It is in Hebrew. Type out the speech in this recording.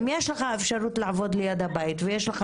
אם יש לך אפשרות לעבוד ליד הבית ויש לך